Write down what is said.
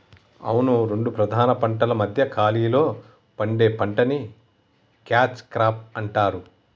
అవును రెండు ప్రధాన పంటల మధ్య ఖాళీలో పండే పంటని క్యాచ్ క్రాప్ అంటారు